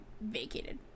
vacated